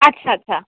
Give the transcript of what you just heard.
আচ্ছা আচ্ছা